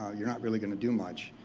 you're not really gonna do much.